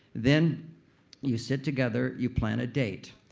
then you sit together. you plan a date.